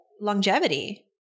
longevity